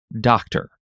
doctor